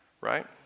Right